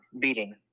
beating